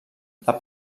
del